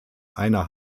einer